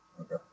Okay